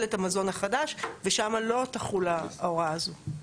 את המזון החדש ושם לא תחול ההוראה הזאת.